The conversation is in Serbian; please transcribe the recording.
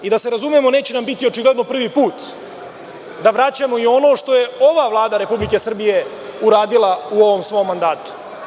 I da se razumemo, neće nam očigledno biti prvi put da vraćamo ono i što je ova Vlada Republike Srbije uradila u ovom svom mandatu.